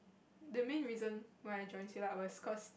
the main reason why I join Silat was cause